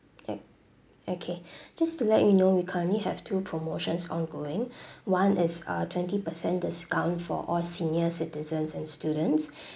okay just to let you know we currently have two promotions ongoing one is uh twenty percent discount for all senior citizens and students